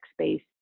space